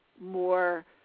more